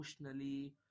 emotionally